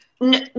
No